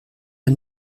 der